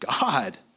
God